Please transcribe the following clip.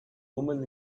woman